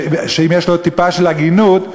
אם יש לו טיפה של הגינות,